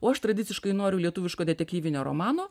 o aš tradiciškai noriu lietuviško detektyvinio romano